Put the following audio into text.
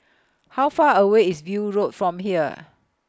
How Far away IS View Road from here